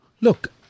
Look